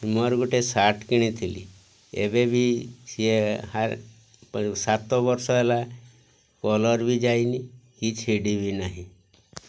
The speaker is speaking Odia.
ମୋର ଗୋଟେ ସାର୍ଟ କିଣିଥିଲି ଏବେବି ସିଏ ସାତ ବର୍ଷ ହେଲା କଲର୍ ବି ଯାଇନି କି ଛିଡ଼ି ବି ନାହିଁ